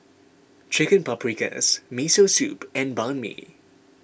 Chicken Paprikas Miso Soup and Banh Mi